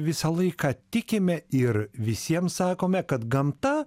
visą laiką tikime ir visiem sakome kad gamta